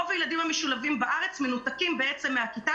רוב הילדים המשולבים בארץ מנותקים מהכיתה